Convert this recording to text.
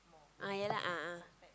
ah ya lah a'ah